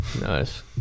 Nice